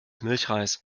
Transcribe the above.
milchreis